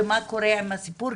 ומה קורה עם הסיפור?